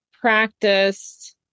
practiced